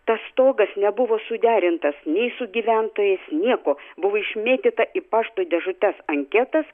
tas stogas nebuvo suderintas nei su gyventojais niekuo buvo išmėtyta į pašto dėžutes anketas